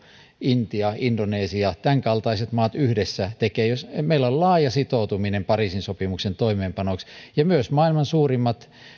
intia indonesia tämänkaltaiset maat yhdessä tekevät meillä on laaja sitoutuminen pariisin sopimuksen toimeenpanoksi ja myös maailman suurimmat